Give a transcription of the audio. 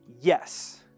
Yes